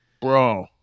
Bro